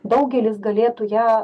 daugelis galėtų ją